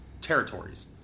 territories